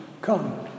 Come